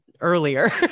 earlier